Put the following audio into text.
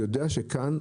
יודע שכאן,